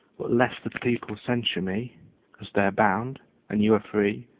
but lest the people censure me because they're bound and you are free,